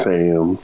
Sam